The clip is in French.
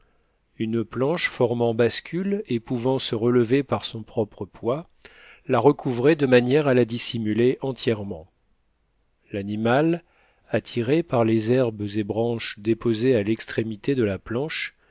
une planche formant bascule et pouvant se relever par son propre poids la recouvrait de manière à la dissimuler entièrement l'animal attiré par les herbes et branches déposées à l'extrémité de la planche